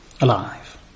alive